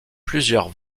plusieurs